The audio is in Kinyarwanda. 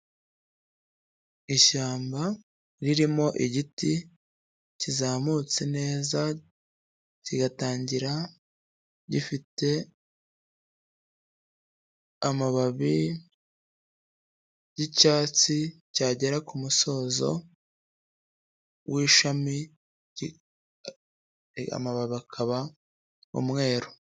Ishyamba ririmo igiti kizamutse neza kigatangira gifite amababi y'icyatsi cyagera ku musozo w'ishami amababi akaba umweru.